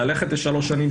ללכת ל-3 שנים,